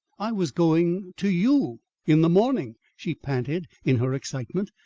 i was going to you in the morning she panted in her excitement.